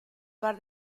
par